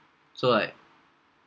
so like